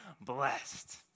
blessed